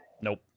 nope